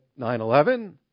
9-11